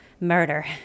Murder